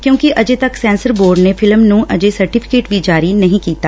ਕਿਉਂਕਿ ਅਜੇ ਤੱਕ ਸੈਂਸਰ ਬੋਰਡ ਨੇ ਫਿਲਮ ਨੂੰ ਅਜੇ ਸਰਟੀਫਿਕੇਟ ਵੀ ਜਾਰੀ ਨਹੀਂ ਕੀਤਾ